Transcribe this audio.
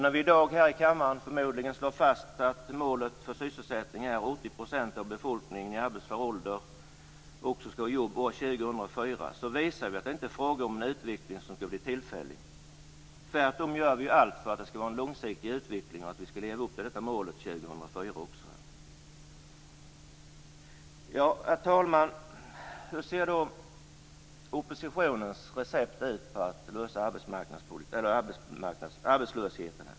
När vi i dag här i kammaren förmodligen slår fast att målet för sysselsättningen är att 80 % av befolkningen i arbetsför ålder skall ha ett jobb år 2004, visar vi att det inte är fråga om en utveckling som skall bli tillfällig. Tvärtom gör vi allt för att det skall vara en långsiktig utveckling och för att vi skall leva upp till detta mål 2004. Herr talman! Hur ser då oppositionens recept ut för att lösa arbetslösheten?